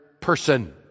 person